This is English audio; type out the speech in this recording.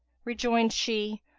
rejoined she,